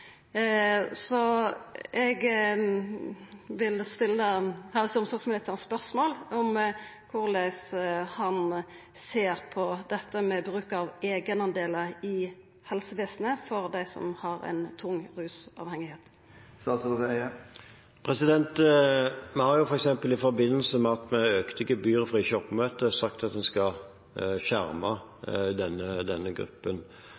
Eg vil stilla helse- og omsorgsministeren spørsmål om korleis han ser på dette med bruk av eigendelar i helsevesenet for dei som har ei tung rusavhengigheit. Vi har f.eks. i forbindelse med at vi økte gebyret for manglende oppmøte, sagt at en skal skjerme denne gruppen.